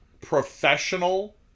professional